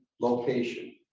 location